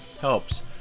helps